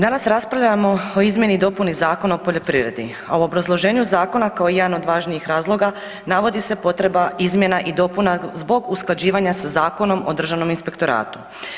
Danas raspravljamo o izmjeni i dopuni Zakona o poljoprivredi, a u obrazloženju zakona kao jedan od važnijih razloga navodi se potreba izmjena i dopuna zbog usklađivanja sa Zakonom o državnom inspektoratu.